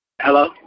Hello